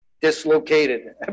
Dislocated